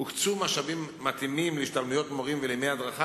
הוקצו משאבים מתאימים להשתלמויות מורים ולימי הדרכה,